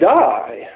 die